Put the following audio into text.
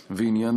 לוין.